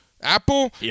Apple